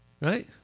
right